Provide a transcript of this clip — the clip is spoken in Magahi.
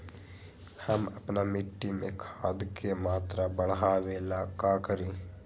हम अपना मिट्टी में खाद के मात्रा बढ़ा वे ला का करी?